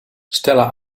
stella